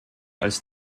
als